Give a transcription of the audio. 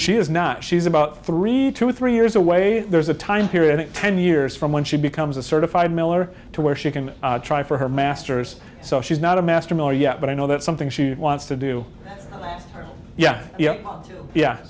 not she's about three to three years away there's a time period ten years from when she becomes a certified miller to where she can try for her masters so she's not a master more yet but i know that's something she wants to do yeah yeah yeah